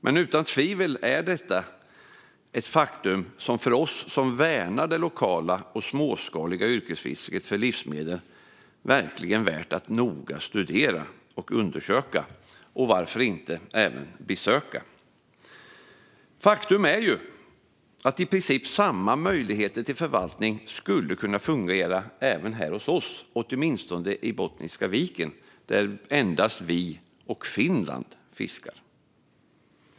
Men utan tvivel är detta ett faktum som för oss som värnar det lokala och småskaliga yrkesfisket för livsmedel verkligen är värt att noga studera och undersöka och varför inte även besöka. Faktum är ju att i princip samma möjligheter till förvaltning skulle kunna fungera även här hos oss, åtminstone i Bottniska viken där endast vi och Finland fiskar.